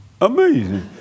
Amazing